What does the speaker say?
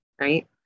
right